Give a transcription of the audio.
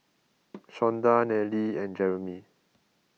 Shonda Nellie and Jerimy